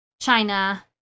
china